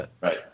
right